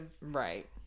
right